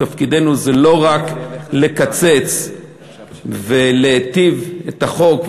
תפקידנו זה לא רק לקצץ ולהיטיב את החוק,